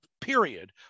period